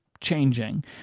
changing